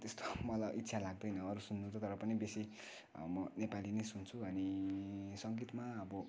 त्यस्तो मलाई इच्छा लाग्दैन अरू सुन्नु तर पनि बेसी म नेपाली नै सुन्छु अनि सङ्गीतमा अब